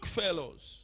fellows